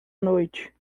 noite